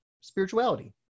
spirituality